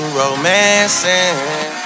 romancing